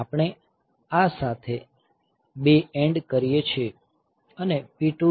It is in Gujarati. આપણે આ બે સાથે એન્ડ કરીએ છીએ અને P2